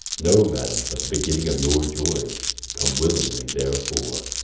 no, madam, but the beginning of your joy come willingly therefore.